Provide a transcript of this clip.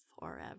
forever